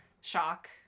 shock